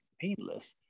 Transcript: painless